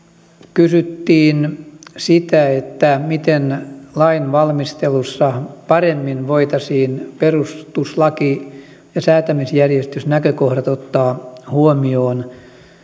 kysyttiin sitä miten lainvalmistelussa paremmin voitaisiin perustuslaki ja säätämisjärjestysnäkökohdat ottaa huomioon